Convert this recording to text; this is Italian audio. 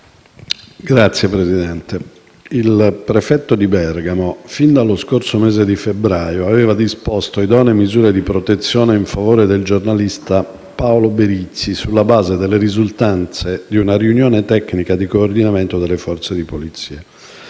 senatori, il prefetto di Bergamo, fin dallo scorso mese di febbraio, aveva disposto idonee misure di protezione in favore del giornalista Paolo Berizzi, sulla base delle risultanze di una «riunione tecnica di coordinamento delle forze di polizia».